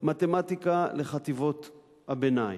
מתמטיקה לחטיבות הביניים,